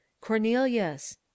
cornelius